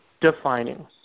defining